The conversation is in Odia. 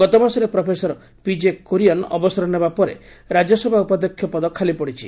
ଗତମାସରେ ପ୍ରଫେସର ପିଜେ କୁରିଏନ୍ ଅବସର ନେବା ପରେ ରାଜ୍ୟସଭା ଉପାଧ୍ୟକ୍ଷ ପଦ ଖାଲିପଡ଼ିଛି